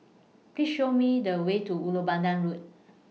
Please Show Me The Way to Ulu Pandan Road